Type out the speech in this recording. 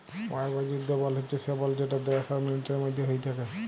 war বা যুদ্ধ বল্ড হছে সে বল্ড যেট দ্যাশ আর মিলিটারির মধ্যে হ্যয়ে থ্যাকে